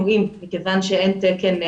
מכיוון שיש תקן,